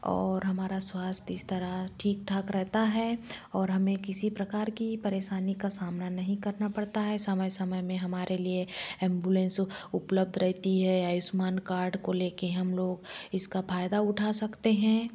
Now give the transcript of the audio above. और हमारा स्वास्थ इस तरह ठीक ठाक रहता है और हमें किसी प्रकार की परेशानी का सामना नहीं करना पड़ता है समय समय में हमारे लिए एम्बुलेन्स उपलब्ध रहती हैं आयुष्मान कार्ड को लेकर हम लोग इसका फ़ायदा उठा सकते हैं